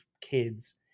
kids